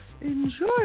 enjoy